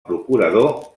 procurador